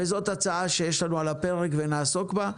וזאת הצעה שיש לנו על הפרק ונעסוק בה.